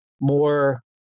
more